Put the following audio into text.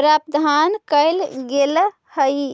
प्रावधान कैल गेल हइ